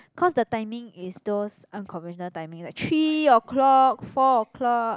cause the timing is those unconventional timing like three o-clock four o-clock